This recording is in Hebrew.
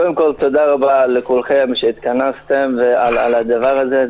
קודם כול תודה רבה לכולכם שהתכנסתם ועל הדבר הזה,